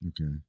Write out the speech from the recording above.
Okay